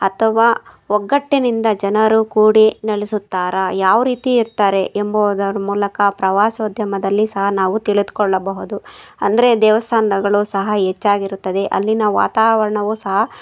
ಅಥವಾ ಒಗ್ಗಟ್ಟಿನಿಂದ ಜನರು ಕೂಡಿ ನಲಿಸುತ್ತಾರಾ ಯಾವ ರೀತಿ ಇರ್ತಾರೆ ಎಂಬುವುದರ ಮೂಲಕ ಪ್ರವಾಸೋದ್ಯಮದಲ್ಲಿ ಸಹ ನಾವು ತಿಳಿದುಕೊಳ್ಳಬಹುದು ಅಂದರೆ ದೇವಸ್ಥಾನಗಳು ಸಹ ಹೆಚ್ಚಾಗಿರುತ್ತದೆ ಅಲ್ಲಿನ ವಾತಾವರಣವೂ ಸಹ